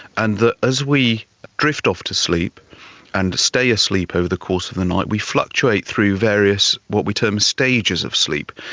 and that as we drift off to sleep and stay asleep over the course of the night we fluctuate through various what we term stages of sleep.